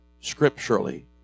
scripturally